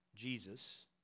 Jesus